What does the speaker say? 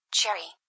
Cherry